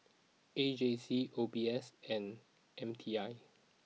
A J C O B S and M T I